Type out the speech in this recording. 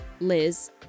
Liz